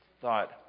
thought